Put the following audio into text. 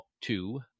two